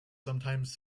sometimes